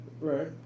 Right